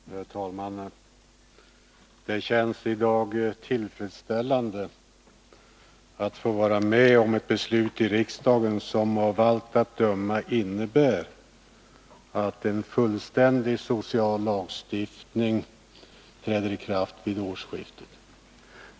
Herr talman! Det känns i dag tillfredsställande att få vara med om ett beslut i riksdagen som av allt att döma innebär att en fullständig social lagstiftning träder i kraft vid årsskiftet.